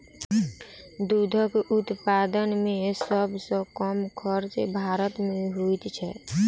दूधक उत्पादन मे सभ सॅ कम खर्च भारत मे होइत छै